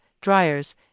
dryers